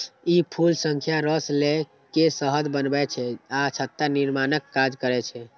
ई फूल सं रस लए के शहद बनबै छै आ छत्ता निर्माणक काज करै छै